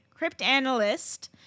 cryptanalyst